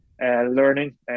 learning